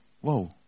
whoa